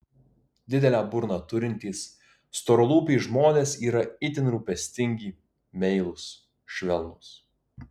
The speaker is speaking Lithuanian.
didelę burną turintys storalūpiai žmonės yra itin rūpestingi meilūs švelnūs